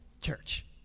Church